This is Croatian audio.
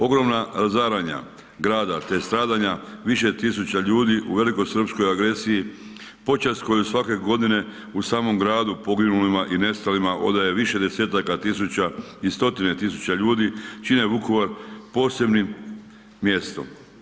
Ogromna razaranja grada te stradanja više tisuća ljudi u velikosrpskoj agresiji, počast koju svake godine u samom gradu poginulima i nestalima odaje više desetaka tisuća i stotine tisuća ljudi, čine Vukovar posebnim mjestom.